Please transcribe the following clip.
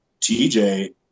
TJ